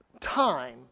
time